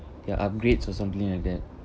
ya upgrades or something like that